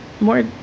more